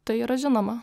tai yra žinoma